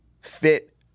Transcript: fit